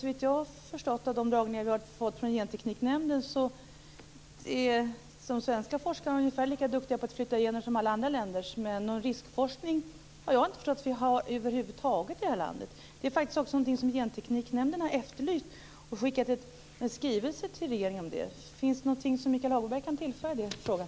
Såvitt jag har förstått efter föredragningar av folk från Gentekniknämnden är de svenska forskarna ungefär lika duktiga på att flytta gener som alla andra länders forskare. Men jag har inte förstått att vi har någon riskforskning över huvud taget i det här landet. Detta är faktiskt någonting som Gentekniknämnden har efterlyst och skickat en skrivelse till regeringen om. Finns det någonting som Michael Hagberg kan tillföra i den här frågan?